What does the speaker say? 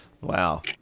Wow